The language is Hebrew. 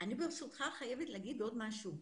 ברשותך, אני חייבת לומר עוד משהו.